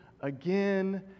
again